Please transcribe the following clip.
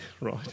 Right